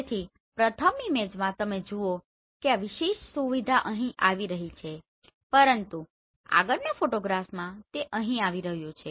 તેથી પ્રથમ ઈમેજમાં તમે જુઓ છો કે આ વિશેષ સુવિધા અહીં આવી રહી છે પરંતુ આગળના ફોટોગ્રાફમાં તે અહીં આવી રહ્યું છે